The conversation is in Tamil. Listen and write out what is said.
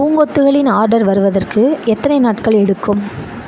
பூங்கொத்துகளின் ஆர்டர் வருவதற்கு எத்தனை நாட்கள் எடுக்கும்